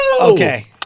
Okay